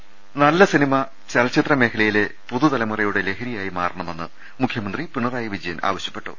ദർവ്വെട്ടറ നല്ല സിനിമ ചലച്ചിത്ര മേഖലയിലെ പുതുതലമുറയുടെ ലഹരിയായി മാറണമെന്ന് മുഖ്യമന്ത്രി പിണറായി വിജയൻ ആവശ്യപ്പെട്ടു